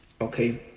okay